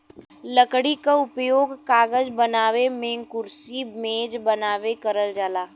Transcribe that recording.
लकड़ी क उपयोग कागज बनावे मेंकुरसी मेज बनावे में करल जाला